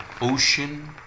ocean